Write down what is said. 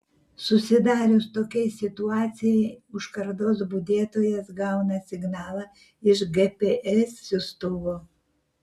susidarius tokiai situacijai užkardos budėtojas gauna signalą iš gps siųstuvo